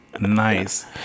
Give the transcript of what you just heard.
Nice